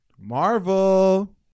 Marvel